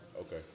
Okay